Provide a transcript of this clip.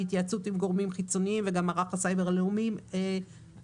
בהתייעצות עם גורמים חיצוניים וגם מערך הסייבר הלאומי מעודכן,